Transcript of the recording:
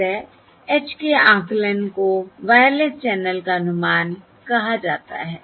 अतः h के आकलन को वायरलैस चैनल का अनुमान कहा जाता है